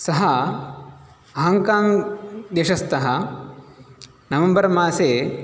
सः हाङ्काङ्ग् देशस्थः नवेम्बर् मासे